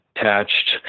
attached